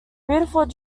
beautiful